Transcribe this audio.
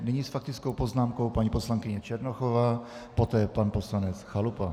Nyní s faktickou poznámkou paní poslankyně Černochová, poté pan poslanec Chalupa.